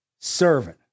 servant